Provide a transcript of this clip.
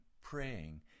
praying